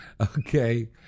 okay